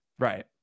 Right